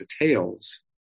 details